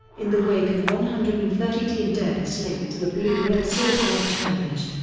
in the wake of one hundred and thirty teen deaths linked to the blue whale suicide challenge.